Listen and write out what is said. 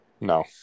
No